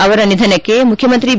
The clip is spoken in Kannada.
ಅವರ ನಿಧನಕ್ಕೆ ಮುಖ್ಯಮಂತ್ರಿ ಬಿ